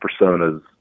personas